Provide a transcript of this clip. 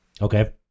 Okay